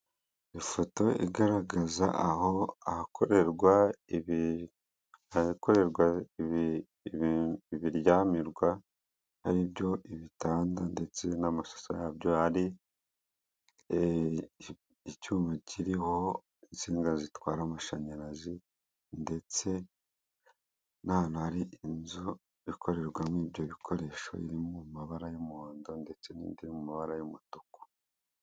Umugabo wambaye umupira w'umuhondo ufite terefone mu kiganza, arimo aramamaza serivisi nshyashya za emutiyene (MTN) k'umugabo wambaye umupira w'umukara ufite igare ry'umuhondo mu ntoki.